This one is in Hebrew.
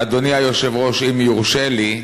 אדוני היושב-ראש, אם יורשה לי,